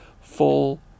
full